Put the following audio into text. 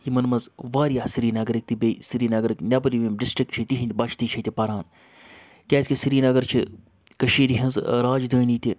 یِمَن منٛز واریاہ سرینَگرٕکۍ تہِ بیٚیہِ سرینگرٕکۍ نٮ۪برِم یِم ڈِسٹِرٛک چھِ تِہِنٛدۍ بَچہِ تہِ چھِ ییٚتہِ پَران کیٛازِ کہِ سرینَگر چھِ کٔشیٖرِ ہِنٛز راجدٲنی تہِ